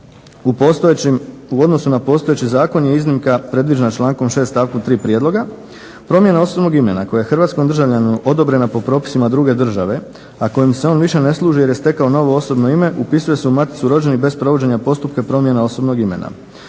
u odnosu na postojeći zakon je iznimka predviđena člankom 6. stavkom 3. prijedloga promjena osobnog imena koja je hrvatskom državljaninu odobrena po propisima druge države a kojom se on više ne služi jer je stekao novo osobno ime upisuje se u maticu rođenih bez provođenja postupka promjene osobnog imena.